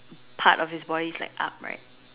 part of his body is like up right